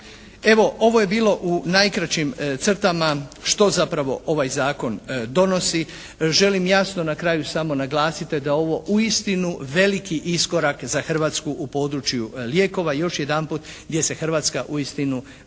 Evo ovo je bilo u najkraćim crtama što zapravo ovaj zakon donosi. Želim jasno na kraju samo naglasiti da je ovo uistinu veliki iskorak za Hrvatsku u području lijekova i još jedanput gdje se Hrvatska uistinu